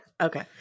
Okay